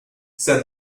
said